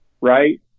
Right